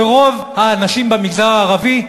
לרוב האנשים במגזר הערבי,